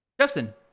Justin